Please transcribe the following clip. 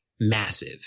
massive